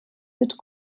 mit